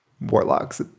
Warlocks